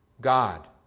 God